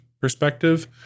perspective